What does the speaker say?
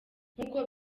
nk’uko